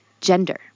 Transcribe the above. gender